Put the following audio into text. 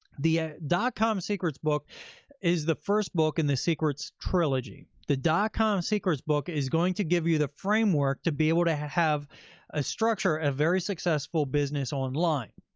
the ah dotcom secrets book is the first book in the secrets trilogy. the dotcom secrets book is going to give you the framework to be able to have a structure, a very successful business online.